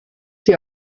sie